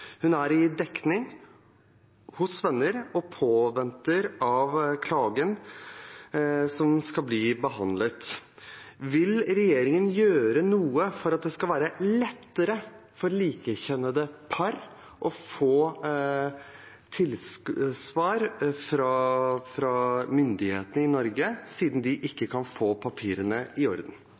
Hun er i dekning hos venner i påvente av at klagen skal bli behandlet. Vil regjeringen gjøre noe for at det skal være lettere for likekjønnede par å få svar fra myndighetene i Norge, siden de ikke kan få papirene i orden?